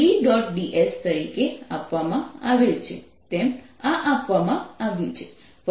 ds તરીકે આપવામાં આવેલ છે તેમ આ આપવામાં આવ્યું છે